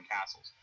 castles